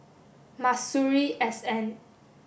Masuri S N